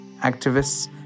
activists